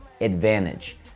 advantage